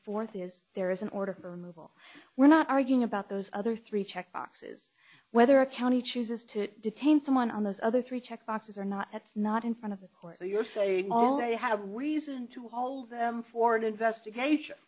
fourth is there is an order to remove all we're not arguing about those other three check boxes whether a county chooses to detain someone on those other three check boxes or not that's not in front of them or you're saying all they have reason to hold them for an investigation